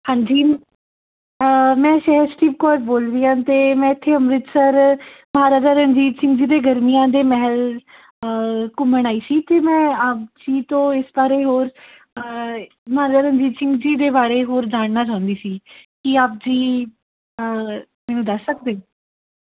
ਹਾਂਜੀ ਮੈਂ ਸਹਿਜਦੀਪ ਕੌਰ ਬੋਲ ਰਹੀ ਹਾਂ ਅਤੇ ਮੈਂ ਇੱਥੇ ਅੰਮ੍ਰਿਤਸਰ ਮਹਾਰਾਜਾ ਰਣਜੀਤ ਸਿੰਘ ਜੀ ਦੇ ਗਰਮੀਆਂ ਦੇ ਮਹਿਲ ਘੁੰਮਣ ਆਈ ਸੀ ਅਤੇ ਮੈਂ ਆਪ ਜੀ ਤੋਂ ਇਸ ਬਾਰੇ ਹੋਰ ਮਹਾਰਾਜਾ ਰਣਜੀਤ ਸਿੰਘ ਜੀ ਦੇ ਬਾਰੇ ਹੋਰ ਜਾਣਨਾ ਚਾਹੁੰਦੀ ਸੀ ਕਿ ਆਪ ਜੀ ਮੈਨੂੰ ਦੱਸ ਸਕਦੇ